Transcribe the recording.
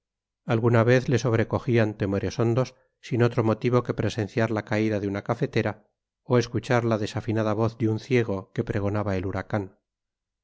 alguna vez le sobrecogían temores hondos sin otro motivo que presenciar la caída de una cafetera o escuchar la desafinada voz de un ciego que pregonaba el huracán